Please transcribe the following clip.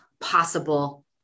possible